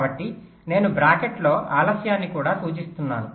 కాబట్టి నేను బ్రాకెట్లో ఆలస్యాన్ని కూడా సూచిస్తున్నాను